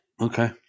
Okay